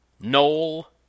Noel